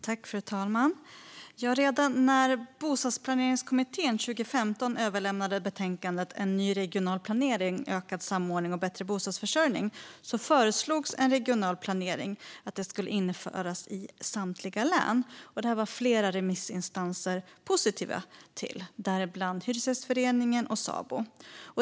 Fru talman! Redan när Bostadsplaneringskommittén 2015 överlämnade betänkandet En ny regional planering - ökad samordning och bättre bostadsförsörjning föreslogs att regional planering skulle införas i samtliga län. Detta var flera remissinstanser positiva till detta, däribland Hyresgästföreningen och Sabo.